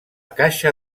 caixa